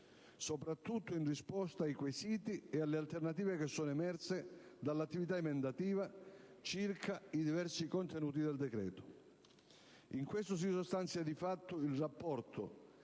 soprattutto in risposta ai quesiti e alle alternative che sono emerse dall'attività emendativa circa i diversi contenuti del decreto. In questo si sostanzia, di fatto, il rapporto